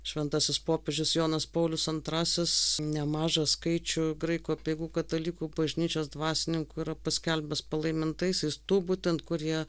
šventasis popiežius jonas paulius antrasis nemažą skaičių graikų apeigų katalikų bažnyčios dvasininkų yra paskelbęs palaimintaisiais tų būtent kurie